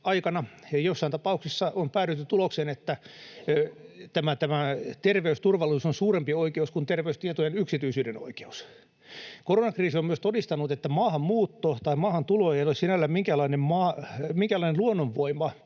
on päädytty tulokseen, että tämä terveysturvallisuus on suurempi oikeus kuin terveystietojen yksityisyyden oikeus. Koronakriisi on myös todistanut, että maahantulo ei ole sinällään minkäänlainen luonnonvoima,